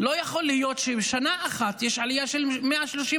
לא יכול להיות שבשנה אחת יש עלייה של 130%,